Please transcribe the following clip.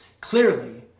Clearly